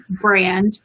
brand